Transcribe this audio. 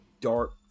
dark